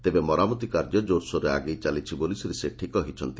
ତେବେ ମରାମତି କାର୍ଯ୍ୟ କୋରସୋରରେ ଆଗେଇ ଚାଲିଛି ବୋଲି ଶ୍ରୀ ସେଠୀ କହିଛନ୍ତି